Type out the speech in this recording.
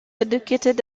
educated